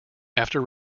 after